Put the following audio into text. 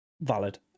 valid